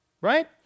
Right